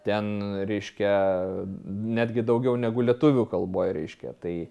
ten reiškia netgi daugiau negu lietuvių kalboj reiškia tai